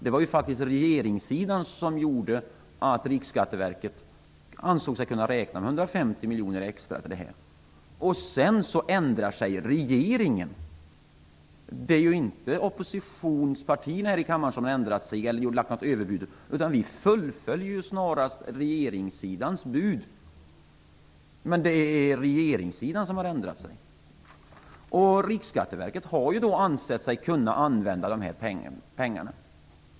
Det var faktiskt regeringens besked som gjorde att Riksskatteverket ansåg sig kunna räkna med 150 miljoner extra. Sedan ändrade sig regeringen. Det är inte oppositionspartierna här i riksdagen som ändrat sig eller lagt något överbud, utan vi snarast fullföljer regeringssidans bud. Men det är regeringssidan som ändrat sig. Riksskatteverket har ansett sig kunna använda dessa pengar.